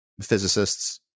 physicists